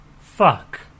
Fuck